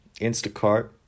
Instacart